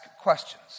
questions